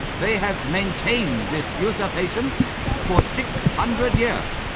they have maintained this usurpation for six hundred years.